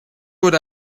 would